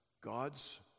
God's